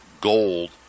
gold